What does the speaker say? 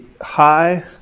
high